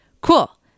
Cool